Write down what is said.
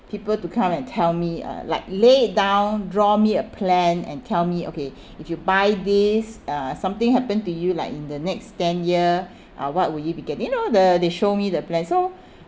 people to come and tell me uh like lay it down draw me a plan and tell me okay if you buy this uh something happen to you like in the next ten year uh what would you be getting you know the they show me the plan so